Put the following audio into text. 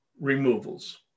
removals